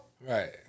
Right